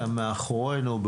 שמאחורינו,